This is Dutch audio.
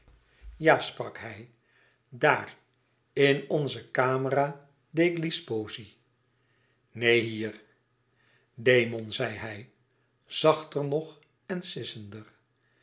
ja sprak hij daar in onze camera degli sposi neen hier demon zei hij zachter nog en sissender